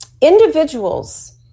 individuals